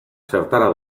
zertara